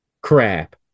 crap